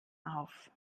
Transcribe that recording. auf